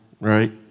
right